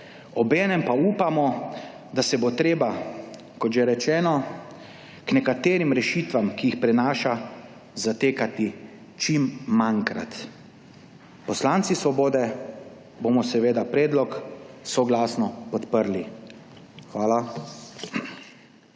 obenem pa upamo, da se bo treba, kot že rečeno, k nekaterim rešitvam, ki jih prinaša, zatekati čim manjkrat. Poslanci Svobode bomo seveda predlog soglasno podprli. Hvala.